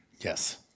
Yes